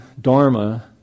Dharma